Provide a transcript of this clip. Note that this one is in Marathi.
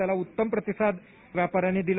त्याला उत्तम प्रतिसाद व्यापाऱ्यांनी दिला